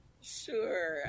Sure